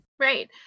Right